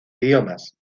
idiomas